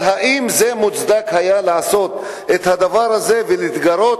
אז האם זה מוצדק לעשות את הדבר הזה ולהתגרות